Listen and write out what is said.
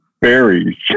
berries